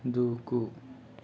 దూకు